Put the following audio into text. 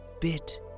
bit